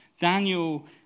Daniel